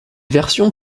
versions